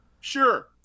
sure